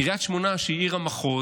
קריית שמונה, שהיא עיר המחוז,